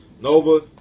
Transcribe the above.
Nova